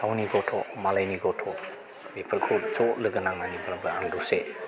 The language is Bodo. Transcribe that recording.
गावनि गथ' मालायनि गथ' बेफोरखौ ज' लोगो नांनानैब्लाबो आं दसे